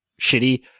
shitty